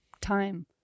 time